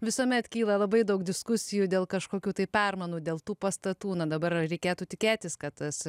visuomet kyla labai daug diskusijų dėl kažkokių tai permainų dėl tų pastatų na dabar reikėtų tikėtis kad tas